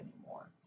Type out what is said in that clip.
anymore